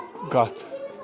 کَتھ